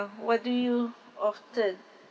uh what do you often